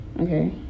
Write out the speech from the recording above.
Okay